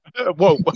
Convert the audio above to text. whoa